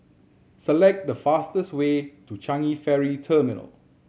select the fastest way to Changi Ferry Terminal